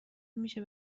میشه